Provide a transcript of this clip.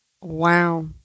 Wow